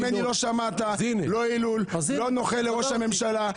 ממני לא שמעת לא יילול, לא נוכל לראש הממשלה.